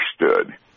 understood